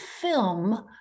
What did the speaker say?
film